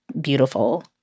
beautiful